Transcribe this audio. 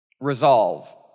Resolve